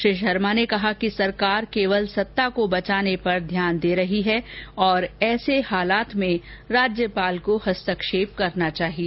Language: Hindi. श्री शर्मा ने कहा कि सरकार केवल सत्ता को बचाने पर ध्यान दे रही है ओर ऐसी स्थिति में राज्यपाल को हस्तक्षेप करना चाहिए